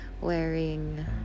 wearing